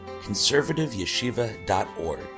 conservativeyeshiva.org